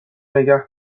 نگه